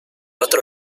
otro